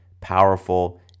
powerful